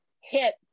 hit